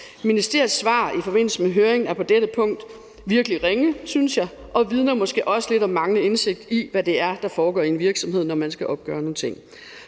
Ministeriets svar i forbindelse med høringen er på dette punkt virkelig ringe, synes jeg, og vidner måske også lidt om manglende indsigt i, hvad det er, der foregår i en virksomhed, når man skal opgøre nogle ting.